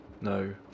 No